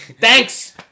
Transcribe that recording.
thanks